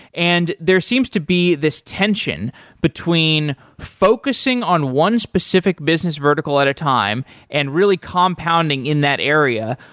and there seems to be this tension between focusing on one specific business vertical at a time and really compounding in that area,